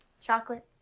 Chocolate